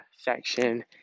section